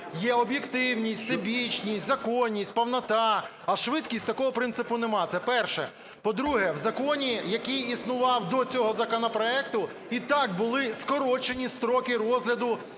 Є об'єктивність, всебічність, законність, повнота, а швидкість – такого принципу немає. Це перше. По-друге, в законі, який існував до цього законопроекту, і так були скорочені строки розгляду